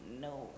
no